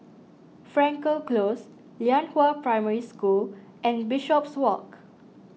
Frankel Close Lianhua Primary School and Bishopswalk